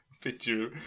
picture